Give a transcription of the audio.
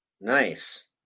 Nice